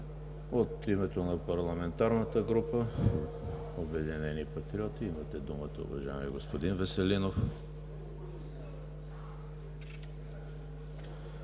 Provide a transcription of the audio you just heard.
От името на парламентарната група „Обединени патриоти“ – имате думата, уважаеми господин Веселинов.